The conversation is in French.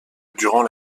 durant